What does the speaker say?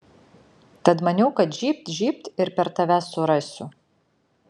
tad maniau kad žybt žybt ir per tave surasiu